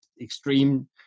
extreme